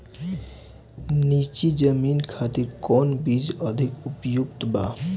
नीची जमीन खातिर कौन बीज अधिक उपयुक्त बा?